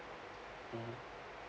mm